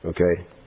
Okay